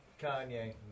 Kanye